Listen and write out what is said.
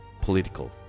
political